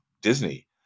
Disney